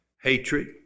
Hatred